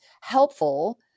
helpful